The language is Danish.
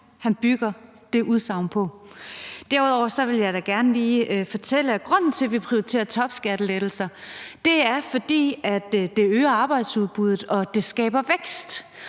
han bygger det udsagn på. Derudover er jeg da gerne lige fortælle, at grunden til, at vi prioriterer topskattelettelser, er, at det øger arbejdsudbuddet og skaber vækst.